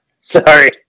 Sorry